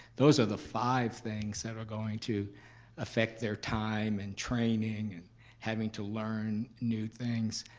those are the five things that are going to affect their time and training and having to learn new things.